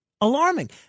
alarming